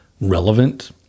relevant